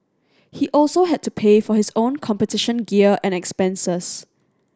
he also had to pay for his own competition gear and expenses